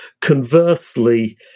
Conversely